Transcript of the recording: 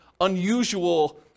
unusual